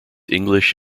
english